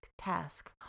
task